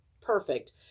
perfect